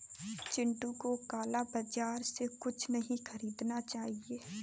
चिंटू को काला बाजार से कुछ नहीं खरीदना चाहिए